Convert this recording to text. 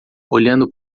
olhando